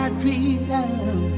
freedom